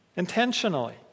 Intentionally